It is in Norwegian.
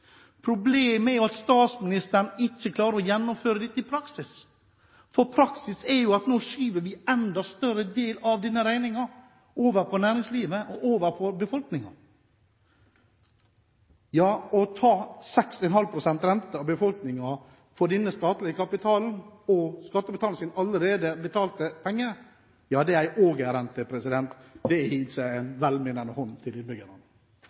Problemet er jo at statsministeren ikke klarer å gjennomføre dette i praksis. For praksis er at vi skyver en enda større del av denne regningen over på næringslivet og over på befolkningen. Det å ta 6,5 pst. rente av befolkningen – og skattebetalernes allerede betalte penger – for denne statlige kapitalen er ågerrente. Det er ikke en velmenende hånd til innbyggerne. Det